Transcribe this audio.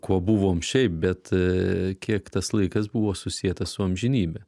kuo buvom šiaip bet kiek tas laikas buvo susietas su amžinybe